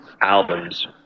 albums